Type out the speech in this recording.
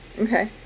Okay